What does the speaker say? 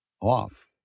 off